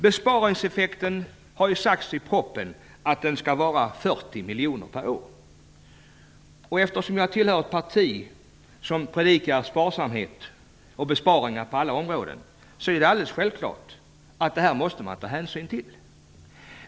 Det har sagts i propositionen att besparingseffekten skall vara 40 miljoner per år. Eftersom jag tillhör ett parti som predikar sparsamhet och besparingar på alla områden, anser jag att det är självklart att man måste ta hänsyn till det här.